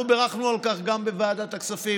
אנחנו בירכנו על כך גם בוועדת הכספים,